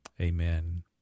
Amen